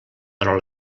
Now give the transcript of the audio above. però